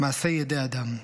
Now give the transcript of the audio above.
מעשה ידי אדם.